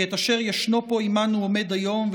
כי את אשר ישנו פה עמנו עמד היום,